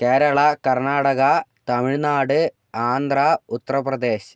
Kerala Karnataka Tamil Nadu Andhra Uttar Pradesh